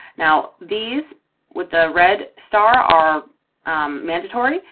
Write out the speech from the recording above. now these with the red star are mandatory,